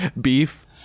beef